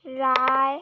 রায়